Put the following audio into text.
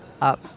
up